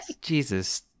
Jesus